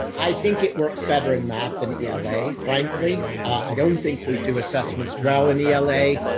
i think it works better in math and ela, frankly. i don't think we do assessments well in ela.